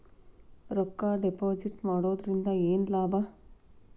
ರೊಕ್ಕ ಡಿಪಾಸಿಟ್ ಮಾಡುವುದರಿಂದ ಏನ್ ಲಾಭ?